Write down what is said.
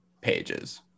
pages